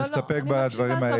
אנחנו נסתפק בדברים האלה.